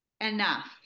Enough